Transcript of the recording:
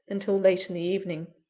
until late in the evening.